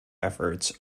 efforts